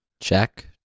Check